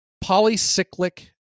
polycyclic